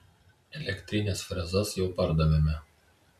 elektrines frezas jau pardavėme